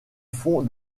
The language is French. font